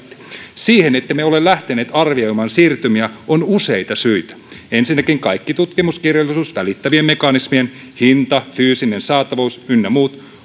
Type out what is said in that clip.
siihen ettemme ole lähteneet arvioidaan siirtymiä on useita syitä ensinnäkin kaikki tutkimuskirjallisuus välittävien mekanismien hinta fyysinen saatavuus ynnä muut